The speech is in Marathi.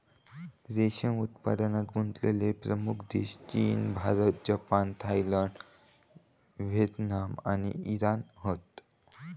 रेशीम उत्पादनात गुंतलेले प्रमुख देश चीन, भारत, जपान, थायलंड, व्हिएतनाम आणि इराण हत